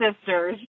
sisters